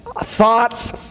thoughts